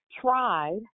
tried